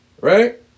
Right